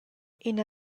ina